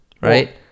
right